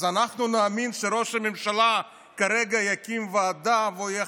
אז אנחנו נאמין שראש הממשלה כרגע יקים ועדה והוא יהיה